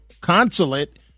consulate